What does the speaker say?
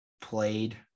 played